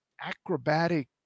acrobatic